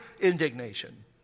indignation